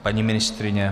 Paní ministryně?